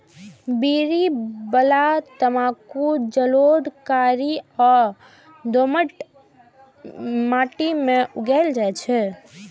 बीड़ी बला तंबाकू जलोढ़, कारी आ दोमट माटि मे उगायल जाइ छै